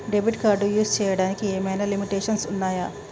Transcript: Debit card use చేయడానికి ఏమైనా limitations ఉన్నాయా?